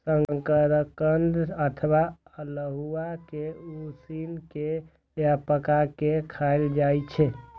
शकरकंद अथवा अल्हुआ कें उसिन के या पकाय के खायल जाए छै